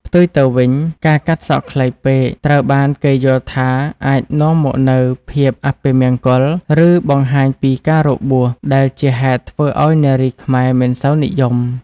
ផ្ទុយទៅវិញ ការកាត់សក់ខ្លីពេក ត្រូវបានគេយល់ថាអាចនាំមកនូវ ភាពអពមង្គល ឬបង្ហាញពីការបួស ដែលជាហេតុធ្វើឱ្យនារីខ្មែរមិនសូវនិយម។